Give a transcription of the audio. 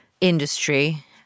industry